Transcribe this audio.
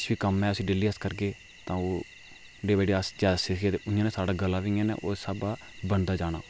कोई बी कम्म ऐ उसी डेली अस करगे तां ओह् जादै सिक्खगे उ'आं बी साढ़ा गला बी इ'यां नै उस स्हाबा बनदा जाना